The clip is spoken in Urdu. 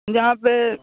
جہاں پہ